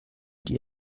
die